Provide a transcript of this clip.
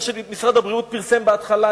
ממה שמשרד הבריאות פרסם בהתחלה,